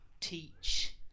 teach